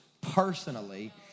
personally